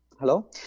hello